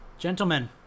Gentlemen